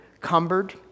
cumbered